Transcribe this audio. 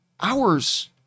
hours